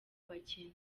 abakene